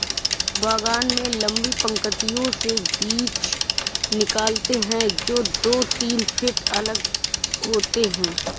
बागान में लंबी पंक्तियों से बीज निकालते है, जो दो तीन फीट अलग होते हैं